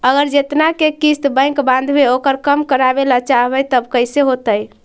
अगर जेतना के किस्त बैक बाँधबे ओकर कम करावे ल चाहबै तब कैसे होतै?